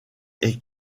est